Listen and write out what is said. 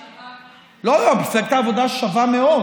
לא, מפלגת העבודה שווה מאוד,